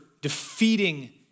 defeating